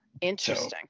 Interesting